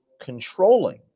controlling